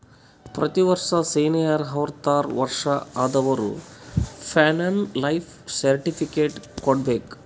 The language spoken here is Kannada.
ಪ್ರತಿ ವರ್ಷ ಸೀನಿಯರ್ ಅರ್ವತ್ ವರ್ಷಾ ಆದವರು ಪೆನ್ಶನ್ ಲೈಫ್ ಸರ್ಟಿಫಿಕೇಟ್ ಕೊಡ್ಬೇಕ